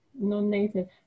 non-native